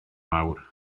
awr